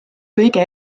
kõige